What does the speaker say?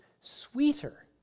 sweeter